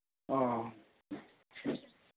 ꯑꯥ